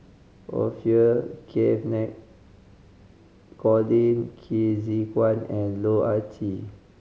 Orfeur Cavenagh Colin Qi Zhe Quan and Loh Ah Chee